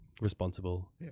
responsible